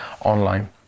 online